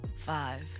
Five